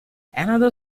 another